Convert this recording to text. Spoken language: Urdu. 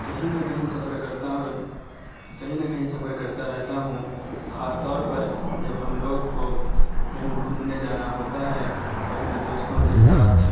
کہیں نہ کہیں سفر کرتا کہیں نہ کہیں سفر کرتا رہتا ہوں خاص طور پر جب ہم لوگ کو کہیں گھومنے جانا ہوتا ہے تو اپنے دوستوں کے ساتھ